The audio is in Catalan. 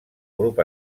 grup